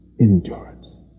endurance